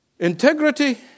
Integrity